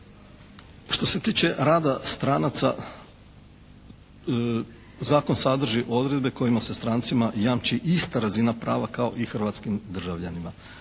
Što se tiče rada stranaca zakon sadrži odredbe kojima se strancima jamči ista razina prava kao i hrvatskim državljanima.